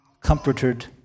comforted